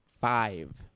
five